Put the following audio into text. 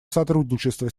сотрудничество